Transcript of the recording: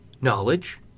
Knowledge